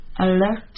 alert